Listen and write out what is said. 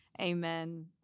Amen